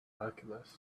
alchemist